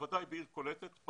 בוודאי בעיר קולטת עלייה.